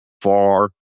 far